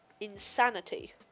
insanity